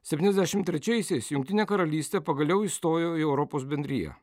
septyniasdešimt trečiaisiais jungtinė karalystė pagaliau įstojo į europos bendriją